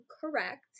correct